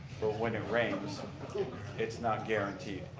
but when it rains it's not guaranteed?